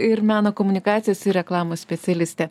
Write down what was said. ir meno komunikacijos ir reklamos specialistė